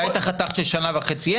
אולי אין נתונים על חתך של שנה וחצי,